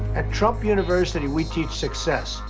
at trump university, we teach success.